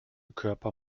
körper